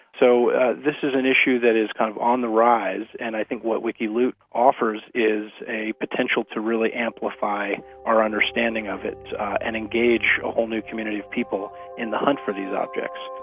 so this is an issue that is kind of on the rise, and i think what wikiloot offers is a potential to really amplify our understanding of it and engage a whole new community of people in the hunt for these objects.